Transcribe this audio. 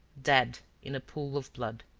dead in a pool of blood.